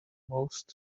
most